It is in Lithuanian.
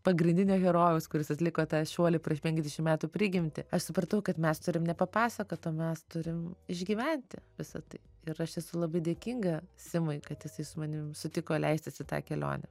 pagrindinio herojaus kuris atliko tą šuolį prieš penkiasdešimt metų prigimtį aš supratau kad mes turim ne papasakot o mes turim išgyvent visa tai ir aš esu labai dėkinga simui kad jisai su manim sutiko leistis į tą kelionę